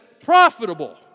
profitable